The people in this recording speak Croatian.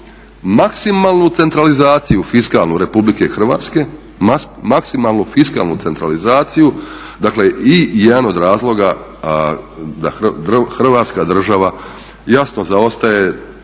maksimalnu centralizaciju fiskalnu Republike Hrvatske, maksimalnu fiskalnu centralizaciju, dakle i jedan od razloga da Hrvatska država jasno zaostaje